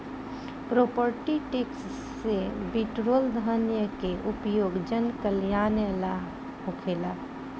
property tax से बिटोरल धन के उपयोग जनकल्यान ला होखेला